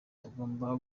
tugomba